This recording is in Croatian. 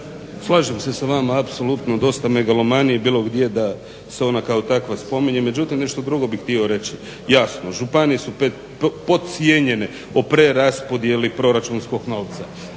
Slažem se s vama apsolutno. Dosta megalomanije bilo gdje da se ona kao takva spominje. Međutim, nešto drugo bih htio reći jasno županije su podcijenjene o preraspodjeli proračunskog novca,